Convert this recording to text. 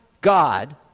God